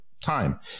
time